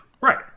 Right